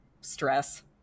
stress